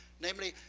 namely,